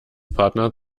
partner